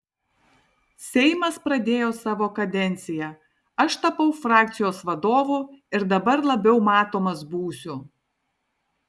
seimas pradėjo savo kadenciją aš tapau frakcijos vadovu ir dabar labiau matomas būsiu